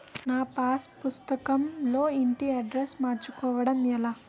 నా పాస్ పుస్తకం లో ఇంటి అడ్రెస్స్ మార్చుకోవటం ఎలా?